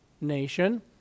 nation